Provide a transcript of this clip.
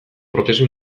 prozesu